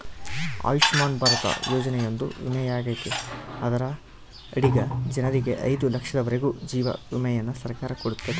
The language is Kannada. ಆಯುಷ್ಮನ್ ಭಾರತ ಯೋಜನೆಯೊಂದು ವಿಮೆಯಾಗೆತೆ ಅದರ ಅಡಿಗ ಜನರಿಗೆ ಐದು ಲಕ್ಷದವರೆಗೂ ಜೀವ ವಿಮೆಯನ್ನ ಸರ್ಕಾರ ಕೊಡುತ್ತತೆ